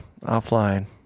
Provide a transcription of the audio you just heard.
offline